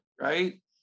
Right